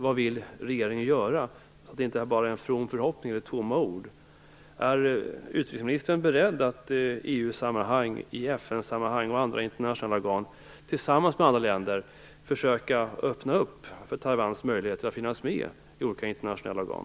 Vad vill regeringen göra, eller är detta bara en from förhoppning och tomma ord? Är utrikesministern beredd att i EU och FN sammanhang och i andra internationella organ tillsammans med andra länder försöka öppna möjligheter för Taiwan att finnas med i olika internationella organ?